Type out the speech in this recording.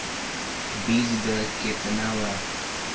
बीज दर केतना वा?